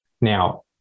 now